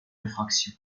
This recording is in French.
infraction